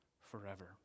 forever